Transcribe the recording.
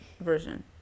version